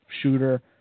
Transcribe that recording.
shooter